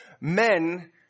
men